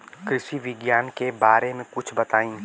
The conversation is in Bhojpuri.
कृषि विज्ञान के बारे में कुछ बताई